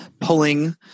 pulling